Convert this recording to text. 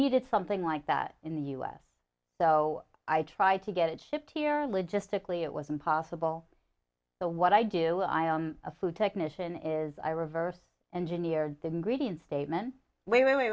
needed something like that in the us so i tried to get it shipped to or logistically it was impossible the what i do i own a food technician is i reverse engineer them greedy and statement way way way